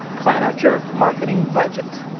plan out your marketing budget.